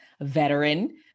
veteran